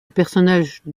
personnage